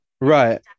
Right